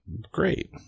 great